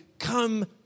Come